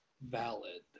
valid